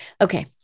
Okay